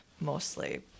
mostly